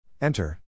Enter